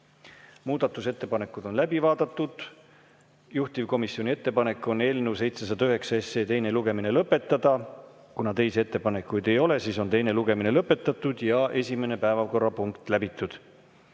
Muudatusettepanekud on läbi vaadatud. Juhtivkomisjoni ettepanek on eelnõu 709 teine lugemine lõpetada. Kuna teisi ettepanekuid ei ole, siis on teine lugemine lõpetatud ja esimene päevakorrapunkt läbitud.